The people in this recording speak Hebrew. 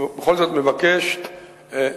בכל זאת, אני מבקש זהירות.